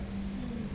mm